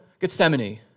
Gethsemane